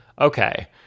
Okay